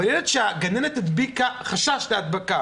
אבל ילד שהגננת הדביקה - יש חשש להדבקה